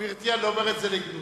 גברתי, אני לא אומר את זה לגנותם.